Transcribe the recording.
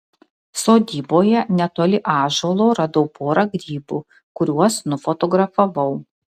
sodyboje netoli ąžuolo radau porą grybų kuriuos nufotografavau